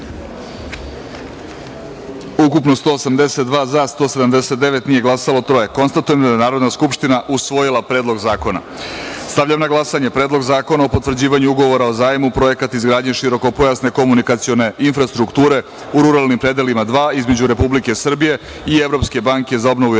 ukupno – 182, za – 179, nije glasalo –troje. Konstatujem da je Narodna skupština usvojila Predlog zakona. Stavljam na glasanje, Predlog zakona o potvrđivanju Ugovora o zajmu (Projekat izgradnje širokopojasne komunikacione infrastrukture u ruralnim predelima 2) između Republike Srbije i Evropske banke za obnovu i